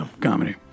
comedy